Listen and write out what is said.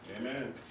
Amen